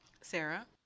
Sarah